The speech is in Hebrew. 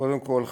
קודם כול,